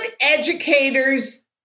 educators